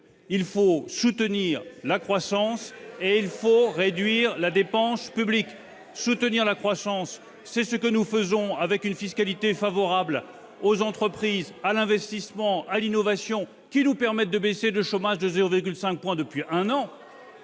il faut soutenir la croissance et réduire la dépense publique. Soutenir la croissance, c'est ce que nous faisons avec une fiscalité favorable aux entreprises, à l'investissement, à l'innovation, qui nous permet de baisser le chômage de 0,5 point depuis un an,